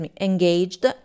engaged